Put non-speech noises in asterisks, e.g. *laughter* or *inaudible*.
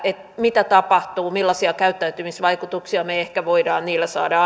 mitä tapahtuu millaisia käyttäytymisvaikutuksia me ehkä voimme niillä saada *unintelligible*